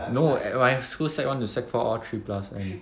no at my school sec one to sec four all three plus end